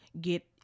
get